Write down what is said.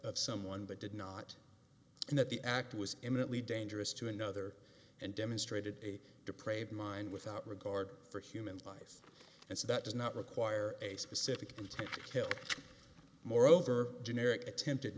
of someone that did not and that the act was imminently dangerous to another and demonstrated a to preyed mind without regard for human life and so that does not require a specific intent moreover generic attempted